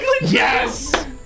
Yes